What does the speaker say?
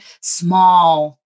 small